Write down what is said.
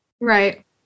Right